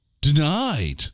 denied